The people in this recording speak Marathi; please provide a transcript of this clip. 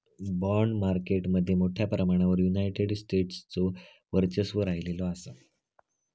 बाँड मार्केट मध्ये मोठ्या प्रमाणावर युनायटेड स्टेट्सचो वर्चस्व राहिलेलो असा